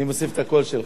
אני מוסיף את הקול שלך.